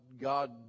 God